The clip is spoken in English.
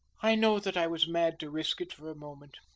i know that i was mad to risk it for a moment.